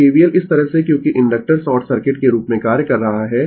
तो KVL इस तरह से क्योंकि इंडक्टर शॉर्ट सर्किट के रूप में कार्य कर रहा है